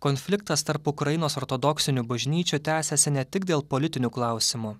konfliktas tarp ukrainos ortodoksinių bažnyčių tęsiasi ne tik dėl politinių klausimų